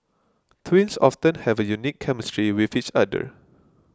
twins often have a unique chemistry with each other